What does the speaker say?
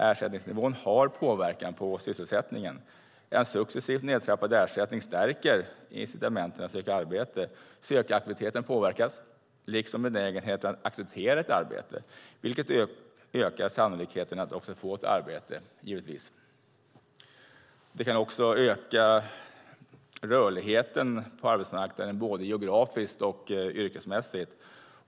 Ersättningsnivån har påverkan på sysselsättningen. En successivt nedtrappad ersättning stärker incitamenten att söka arbete. Sökaktiviteten påverkas liksom benägenheten att acceptera ett arbete, vilket givetvis också ökar sannolikheten att få ett arbete. Det kan också öka rörligheten på arbetsmarknaden både geografiskt och yrkesmässigt.